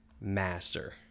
master